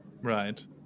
Right